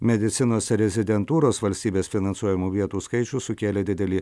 medicinos rezidentūros valstybės finansuojamų vietų skaičių sukėlė didelį